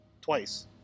twice